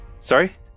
Sorry